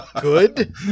good